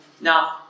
Now